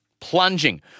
plunging